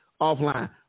offline